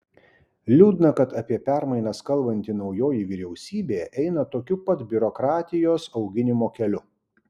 liūdna kad apie permainas kalbanti naujoji vyriausybė eina tokiu pat biurokratijos auginimo keliu